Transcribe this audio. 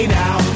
now